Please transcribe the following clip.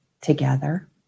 together